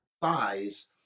size